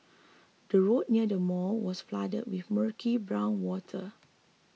the road near the mall was flooded with murky brown water